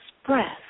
express